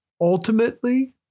Ultimately